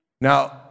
Now